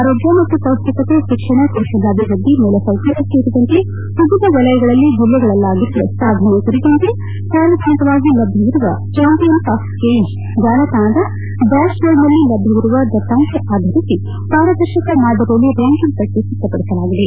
ಆರೋಗ್ಯ ಮತ್ತು ಪೌಷ್ಟಿಕತೆ ಶಿಕ್ಷಣ ಕೌಶಾಲ್ಯಭಿವೃದ್ಧಿ ಮೂಲಸೌಕರ್ಕ ಸೇರಿದಂತೆ ವಿವಿಧ ವಲಯಗಳಲ್ಲಿ ಜಿಲ್ಲೆಗಳಲ್ಲಾಗಿರುವ ಸಾಧನೆ ಕುರಿತಂತೆ ಸಾರ್ವಜನಿಕವಾಗಿ ಲಭ್ಯವಿರುವ ಚಾಂಪಿಯನ್ಸ್ ಆಫ್ ಚೇಂಜ್ ಜಾಲತಾಣದ ಡ್ಕಾಶ್ಬೋರ್ಡ್ನಲ್ಲಿ ಲಭ್ಯವಿರುವ ದತ್ತಾಂಶ ಆಧರಿಸಿ ಪಾರದರ್ಶಕ ಮಾದರಿಯಲ್ಲಿ ರ್ಕಾಕಿಂಗ್ ಪಟ್ಟಿ ಸಿದ್ಧಪಡಿಸಲಾಗಿದೆ